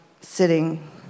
sitting